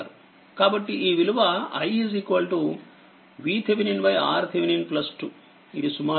కాబట్టిఈ విలువi VThevenin RThevenin2